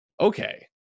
okay